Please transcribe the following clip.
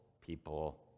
people